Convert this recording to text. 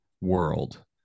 world